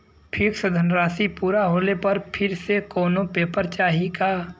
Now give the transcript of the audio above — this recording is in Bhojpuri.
फिक्स धनराशी पूरा होले पर फिर से कौनो पेपर चाही का?